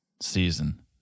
season